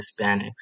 Hispanics